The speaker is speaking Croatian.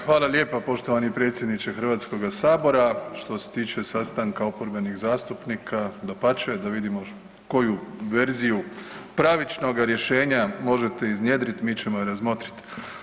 Hvala lijepo poštovani predsjedniče HS-a, što se tiče sastanka oporbenih zastupnika, dapače, da vidimo koju verziju pravičnoga rješenja možete iznjedriti, mi ćemo je razmotriti.